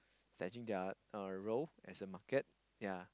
snatching their uh role as a market ya